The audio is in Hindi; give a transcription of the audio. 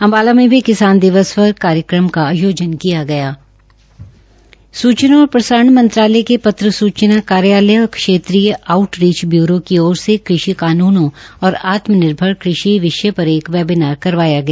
अम्बाला में भी किसान दिवस पर कार्यक्रम का आयोजन किया गयाफ सूचना और प्रसारण मंत्रालय के पत्र सूचना कार्यालय और क्षेत्रीय आऊट चीज ब्यूरो की ओर से कृषि कानूनों और आत्मनिर्भर कृषि विषय पर एक वेबीनार करवाया गया